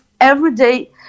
everyday